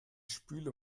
spüle